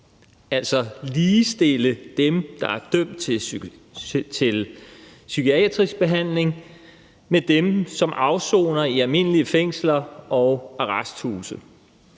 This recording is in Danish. altså ligestille, dem, der er dømt til psykiatrisk behandling, med dem, som afsoner i almindelige fængsler og arresthuse.